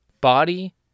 Body